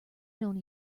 known